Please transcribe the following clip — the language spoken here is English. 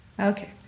Okay